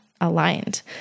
aligned